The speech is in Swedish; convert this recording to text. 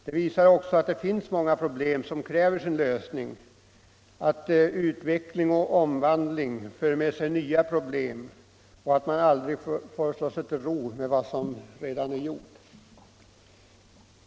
Det visar också att det finns många problem som kräver sin lösning, att utveckling och omvandling för med sig nya problem och att man aldrig får slå sig till ro med vad som redan är gjort.